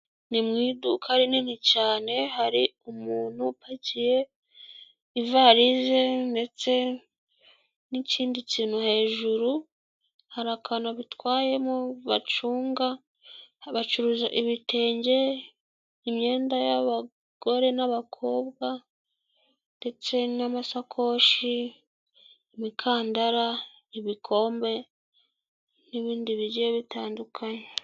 Ni mu iduka rinini cyane hari umuntu upakiye ivarilize ndetse n'ikindi kintu hejuru hariri akantu abitwayemo bacunga, bacuruza ibitenge imyenda y'abagore n'abakobwa ndetse n'amasakoshi, imikandara, ibikombe n'ibindi bigiye bitandukanye.